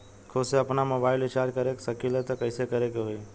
खुद से आपनमोबाइल रीचार्ज कर सकिले त कइसे करे के होई?